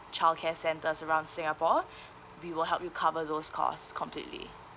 childcare centres around singapore we will help you cover those costs completely